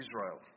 Israel